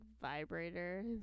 vibrator